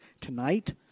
tonight